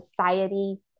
society